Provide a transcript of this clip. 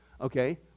Okay